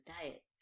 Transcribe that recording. diet